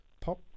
pop